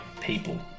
people